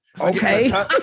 Okay